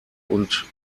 und